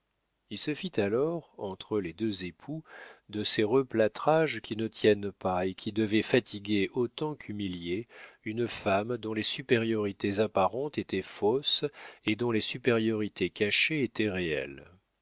il se fit alors entre les deux époux de ces replâtrages qui ne tiennent pas et qui devaient fatiguer autant qu'humilier une femme dont les supériorités apparentes étaient fausses et dont les supériorités cachées étaient réelles